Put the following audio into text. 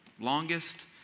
longest